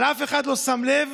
אבל אף אחד לא שם לב